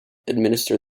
administer